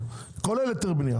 כולל היתר בנייה.